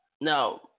Now